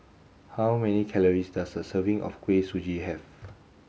how many calories does a serving of Kuih Suji have